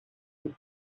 your